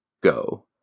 go